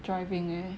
driving eh